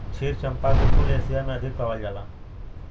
क्षीर चंपा के फूल एशिया में अधिक पावल जाला